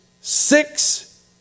six